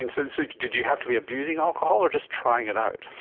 and so so did you have to be abusing alcohol or just trying it out?